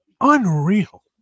Unreal